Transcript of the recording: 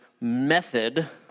method